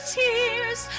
tears